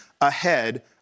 ahead